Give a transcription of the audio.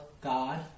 God